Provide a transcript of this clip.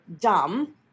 dumb